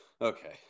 Okay